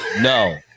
No